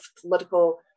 political